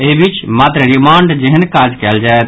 एहि बीच मात्र रिमांड जेहेन काज कयल जायत